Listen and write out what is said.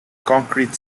concrete